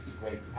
great